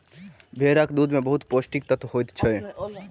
भेड़क दूध में बहुत पौष्टिक तत्व होइत अछि